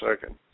second